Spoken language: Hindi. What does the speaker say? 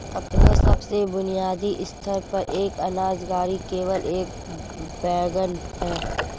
अपने सबसे बुनियादी स्तर पर, एक अनाज गाड़ी केवल एक वैगन है